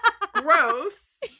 gross